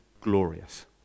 glorious